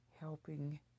helping